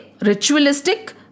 ritualistic